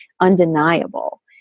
undeniable